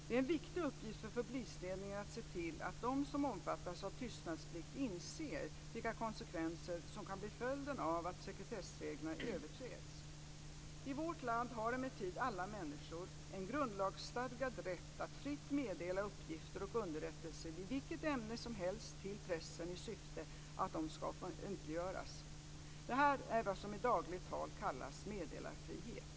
Det är en viktig uppgift för polisledningen att se till att de som omfattas av tystnadsplikt inser vilka konsekvenser som kan bli följden av att sekretessreglerna överträds. I vårt land har emellertid alla människor en grundlagsstadgad rätt att fritt meddela uppgifter och underrättelser i vilket ämne som helst till pressen i syfte att de ska offentliggöras. Det är vad som i dagligt tal kallas meddelarfrihet.